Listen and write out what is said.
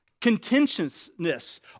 Contentiousness